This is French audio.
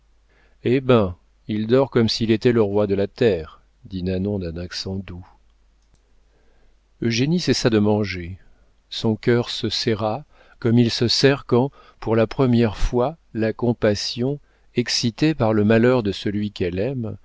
hé ben il dort comme s'il était le roi de la terre dit nanon d'un accent doux eugénie cessa de manger son cœur se serra comme il se serre quand pour la première fois la compassion excitée par le malheur de celui qu'elle aime